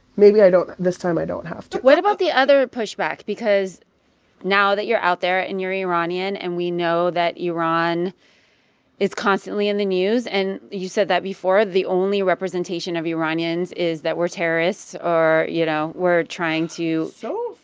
maybe i don't this time i don't have to what about the other pushback? because now that you're out there and you're iranian and we know that iran is constantly in the news and you said that before, the only representation of iranians is that we're terrorists or, you know, we're trying to. so